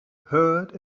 heard